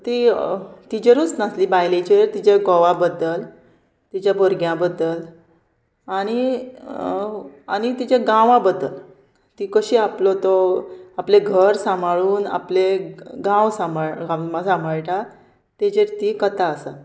ती तिचेरूच नासली बायलेचेर तिच्या घोवा बद्दल तिच्या भुरग्यां बद्दल आनी आनी तिच्या गांवा बद्दल ती कशी आपलो तो आपले घर सांबाळून आपले गांव सामाळ सामाळटा तेजेर ती कथा आसा